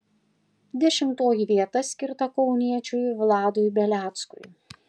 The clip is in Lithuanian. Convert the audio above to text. dešimtoji vieta skirta kauniečiui vladui beleckui